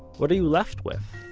what are you left with?